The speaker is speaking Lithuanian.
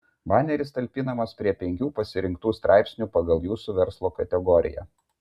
baneris talpinamas prie penkių pasirinktų straipsnių pagal jūsų verslo kategoriją